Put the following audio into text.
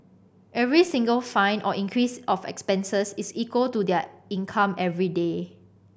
every single fine or increase of expenses is equal to their income everyday